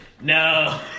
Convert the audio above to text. No